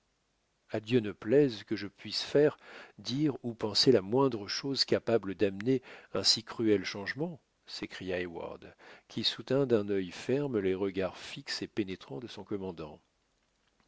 à dieu ne plaise que je puisse faire dire ou penser la moindre chose capable d'amener un si cruel changement s'écria heyward qui soutint d'un œil ferme les regards fixes et pénétrants de son commandant